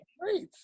Great